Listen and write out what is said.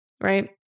right